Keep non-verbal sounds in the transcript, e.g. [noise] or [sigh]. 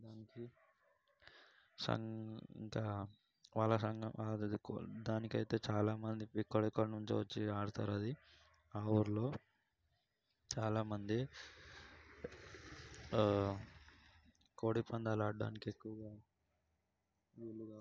సంఘ్ ఇంకా వాళ్ళ సంఘం అది [unintelligible] దానికైతే చాలామంది ఎక్కడెక్కడనుంచో వచ్చి ఆడతారు అది ఆ ఊరులో చాలామంది కోడి పందాలు ఆడడానికి ఎక్కువగా ఊర్లో